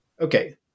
okay